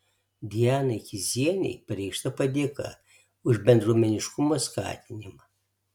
dianai kizienei pareikšta padėka už bendruomeniškumo skatinimą